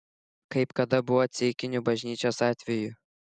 kaip kad buvo ceikinių bažnyčios atveju